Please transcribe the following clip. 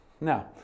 Now